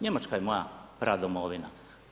Njemačka je moja pradomovina.